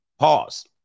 Pause